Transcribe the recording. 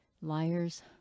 liars